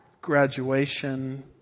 graduation